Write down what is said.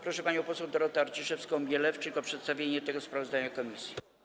Proszę panią poseł Dorotę Arciszewską-Mielewczyk o przedstawienie tego sprawozdania komisji.